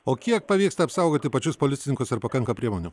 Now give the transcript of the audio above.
o kiek pavyksta apsaugoti pačius policininkus ar pakanka priemonių